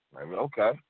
Okay